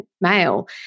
male